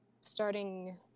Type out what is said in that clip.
starting